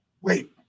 Wait